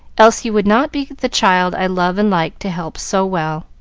else you would not be the child i love and like to help so well.